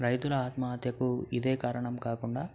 రైతుల ఆత్మహత్యకు ఇదే కారణం కాకుండా